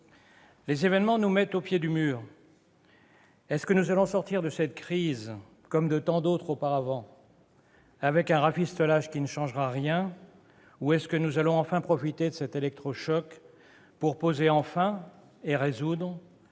Les événements nous mettent au pied du mur. Allons-nous sortir de cette crise, comme de tant d'autres auparavant, avec un rafistolage qui ne changera rien ? Ou allons-nous profiter de cet électrochoc pour poser enfin, et résoudre,